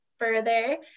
further